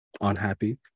unhappy